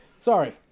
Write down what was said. Sorry